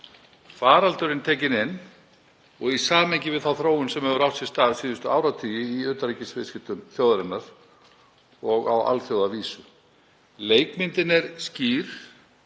faraldurinn tekinn inn og allt sett í samhengi við þá þróun sem hefur átt sér stað síðustu áratugi í utanríkisviðskiptum þjóðarinnar og á alþjóðavísu. Leikmyndin er skýr.